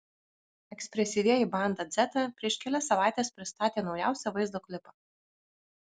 ekspresyvieji banda dzeta prieš kelias savaites pristatė naujausią vaizdo klipą